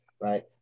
right